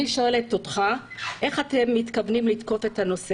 אני שואלת אותך איך אתם מתכוונים לתקוף את הנושא.